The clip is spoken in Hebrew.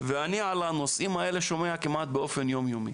ואני על הנושאים האלה שומע כמעט באופן יומיומי